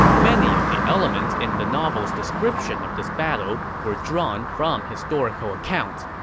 many of the elements in the novel's description of this battle were drawn from historical accounts,